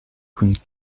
kun